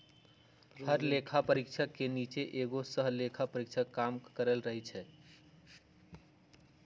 हर लेखा परीक्षक के नीचे एगो सहलेखा परीक्षक काम करई छई